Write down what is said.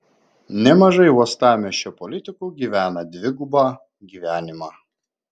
nemažai uostamiesčio politikų gyvena dvigubą gyvenimą